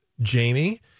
Jamie